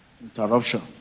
interruption